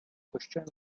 kościołem